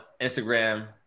Instagram